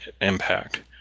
impact